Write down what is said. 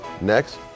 Next